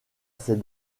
ces